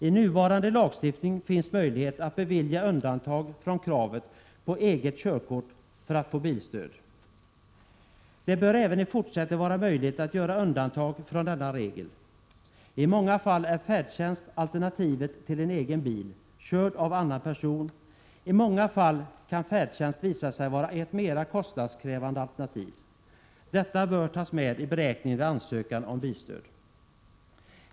I nuvarande lagstiftning finns möjlighet att bevilja undantag från kravet på eget körkort för att få bilstöd. Det bör även i fortsättningen vara möjligt att göra undantag från denna regel. I många fall är färdtjänst alternativet till egen bil, körd av annan person, och det kan i många Prot. 1987/88:123 fall visa sig vara ett mera kostnadskrävande alternativ. Detta bör tas medi 19 maj 1988 beräkningarna vid ansökan om bilstöd.